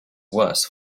worse